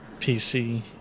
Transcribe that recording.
PC